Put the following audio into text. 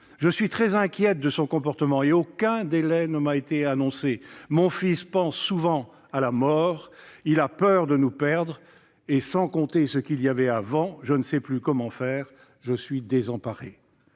je suis très inquiète de son comportement et aucun délai ne m'a été annoncé ; mon fils pense souvent à la mort, il a peur de nous perdre, sans compter ce qu'il y avait avant, je ne sais plus comment faire, je suis désemparée